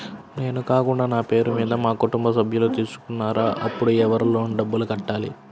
నేను కాకుండా నా పేరు మీద మా కుటుంబ సభ్యులు తీసుకున్నారు అప్పుడు ఎవరు లోన్ డబ్బులు కట్టాలి?